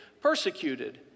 persecuted